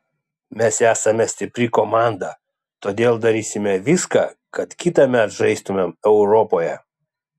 mes esame stipri komanda todėl darysime viską kad kitąmet žaistumėm europoje